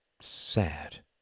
sad